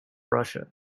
russia